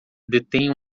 detém